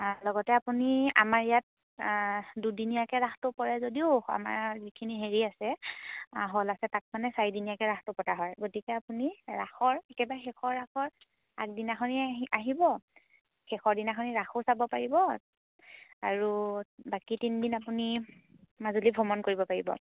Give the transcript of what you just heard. লগতে আপুনি আমাৰ ইয়াত দুদিনীয়াকৈ ৰাসটো পৰে যদিও আমাৰ যিখিনি হেৰি আছে হ'ল আছে তাত মানে চাৰিদিনীয়াকৈ ৰাসটো পতা হয় গতিকে আপুনি ৰাসৰ একেবাৰে শেষৰ ৰাসৰ আগদিনাখনি আহি আহিব শেষৰ দিনাখনি ৰাসো চাব পাৰিব আৰু বাকী তিনদিন আপুনি মাজুলী ভ্ৰমণ কৰিব পাৰিব